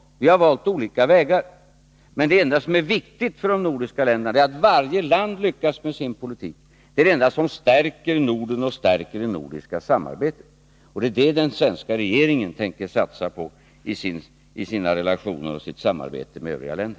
Vi har valt olika vägar, men det enda som är viktigt för de nordiska länderna är att varje land lyckas med sin politik. Det är det enda som stärker Norden och det nordiska samarbetet, och det är detta som den svenska regeringen tänker satsa på i sina relationer och sitt samarbete med övriga länder.